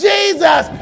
Jesus